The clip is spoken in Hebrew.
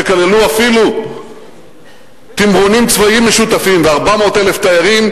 שכללו אפילו תמרונים צבאיים משותפים ו-400,000 תיירים,